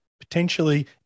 potentially